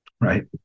Right